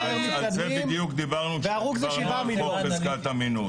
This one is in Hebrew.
על זה בדיוק דיברנו כשדיברנו על חוק חזקת אמינות.